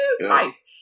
nice